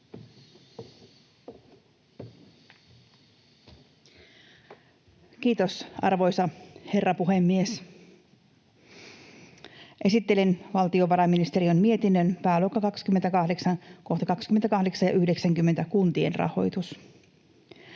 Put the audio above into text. Kiitos, arvoisa herra puhemies! Esittelen valtiovarainministeriön mietinnön pääluokasta 28 kohdan 28.90 kuntien rahoituksesta.